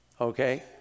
Okay